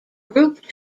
group